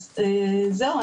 אז זהו,